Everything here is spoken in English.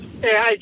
Hey